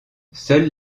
seuls